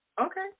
Okay